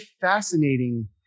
fascinating